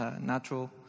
natural